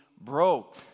broke